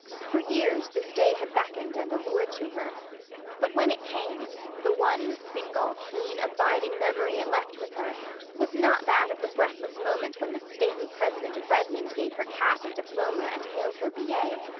for years this day had beckoned and allured to her but when it came the one single, keen, abiding memory it left with her was not that of the breathless moment when the stately president of redmond gave her cap and diploma and hailed her b a.